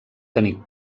tenir